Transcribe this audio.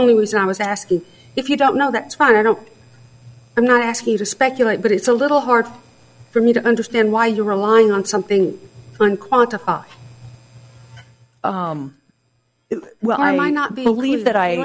only was i was asking if you don't know that's why i don't i'm not asking you to speculate but it's a little hard for me to understand why you're relying on something on quantify well i might not believe